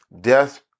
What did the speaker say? Death